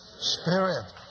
spirit